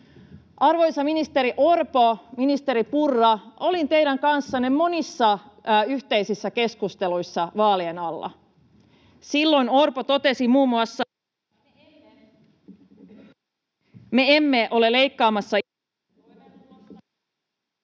Arvoisat ministeri Orpo ja ministeri Purra, olin teidän kanssanne monissa yhteisissä keskusteluissa vaalien alla. Silloin Orpo totesi muun muassa... [3 sekunnin katkos